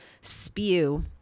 spew